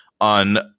On